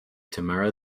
tamara